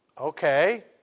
Okay